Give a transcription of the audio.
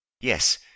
Yes